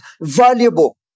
valuable